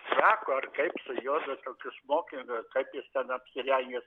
fraku ar kaip su juodu tokiu smokingu ar kaip jis ten apsirengęs